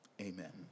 Amen